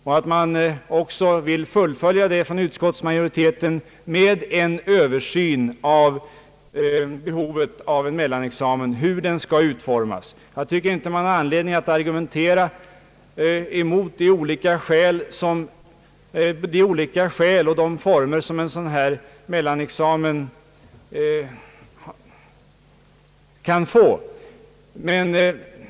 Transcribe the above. Vi tar denna skrivning som ett belägg för att även utskottsmajoriteten anser, vilket också sägs i utlåtandet, att det skall göras en översyn av behovet av en mellanexamen och hur den skall utformas. Jag tycker inte att man har anledning att argumentera mot eller för en mellanexamen och de former den kan få på nuvarande stadium.